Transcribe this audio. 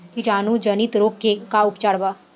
कीटाणु जनित रोग के का उपचार बा?